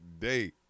day